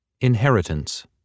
Inheritance